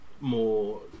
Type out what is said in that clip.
more